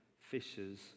fishers